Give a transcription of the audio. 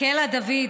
קלע דוד,